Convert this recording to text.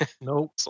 Nope